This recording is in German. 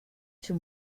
für